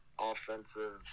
offensive